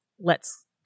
lets